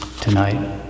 tonight